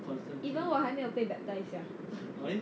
even 我还没有被被 baptise sia